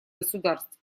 государств